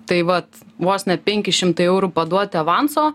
tai vat vos ne penki šimtai eurų paduoti avanso